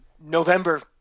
November